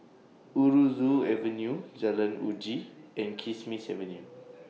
Aroozoo Avenue Jalan Uji and Kismis Avenue